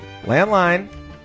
Landline